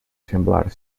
semblar